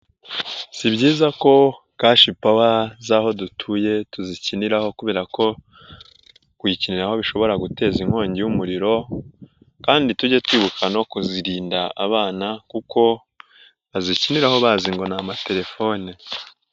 Si byiza ko kashi pawa z'aho dutuye tuzikiniraho kubera ko kuyikiniraho bishobora guteza inkongi y'umuriro kandi tujye twibuka no kuzirinda abana kuko bazikiniraho bazi ngo ni amatelefone.